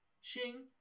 shing